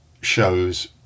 shows